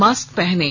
mask पहनें